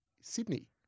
Sydney